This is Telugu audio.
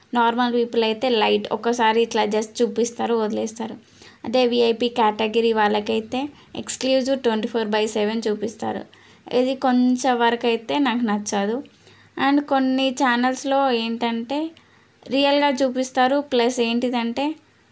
నార్మల్ పీపుల్ అయితే లైట్ ఒకసారి ఇట్లా జస్ట్ చూపిస్తారు వదిలేస్తారు అదే విఐపి క్యాటగిరి వాళ్ళకైతే exclusive twenty four by seven చూపిస్తారు ఇది కొంచెం వరకైతే నాకు నచ్చదు అండ్ కొన్ని ఛానల్స్లో ఏంటంటే రియల్గా చూపిస్తారు ప్లస్ ఏంటిదంటే